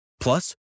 Plus